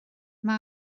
mae